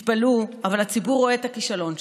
תתפלאו, אבל הציבור רואה את הכישלון שלכם.